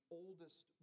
oldest